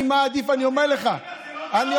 אני מעדיף, אני אומר לך, מתמטיקה זה לא טהור?